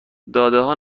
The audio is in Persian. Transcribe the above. دادهها